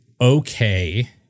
okay